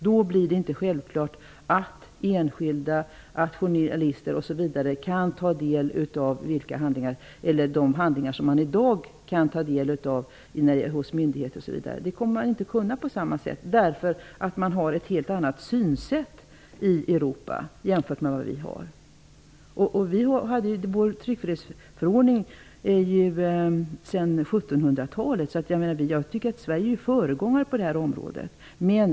Då blir det inte självklart att enskilda, journalister, osv. kan ta del av de handlingar som man i dag kan ta del utav hos myndigheter. Det kommer man inte att kunna på samma sätt, eftersom det finns ett helt annat synsätt i Europa jämfört med det vi har. Vår tryckfrihetsförordning har funnits sedan 1700 talet. Sverige är föregångare på detta område.